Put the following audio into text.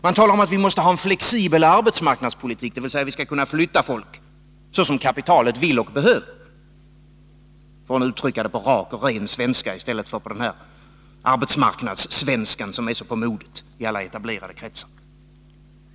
Man talar om att vi måste ha en flexibel arbetsmarknadspolitik, dvs. vi skall kunna flytta folk så som kapitalet vill och behöver, för att uttrycka det på rak och ren svenska i stället för på den här arbetsmarknadssvenskan som är så på modet i alla etablerade kretsar.